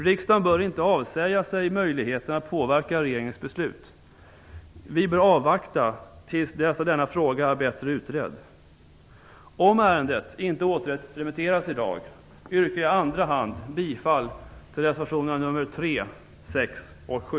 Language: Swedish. Riksdagen bör inte avsäga sig möjligheten att påverka regeringens beslut. Vi bör avvakta till dess denna fråga är bättre utredd. Om ärendet inte återremitteras i dag yrkar jag i andra hand bifall till reservationerna 3, 6 och 7.